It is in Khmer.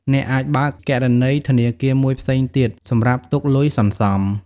អ្នកអាចបើកគណនីធនាគារមួយផ្សេងទៀតសម្រាប់ទុកលុយសន្សំ។